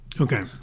Okay